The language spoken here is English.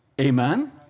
Amen